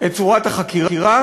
את צורת החקירה,